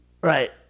Right